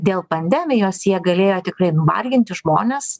dėl pandemijos jie galėjo tikrai nuvarginti žmones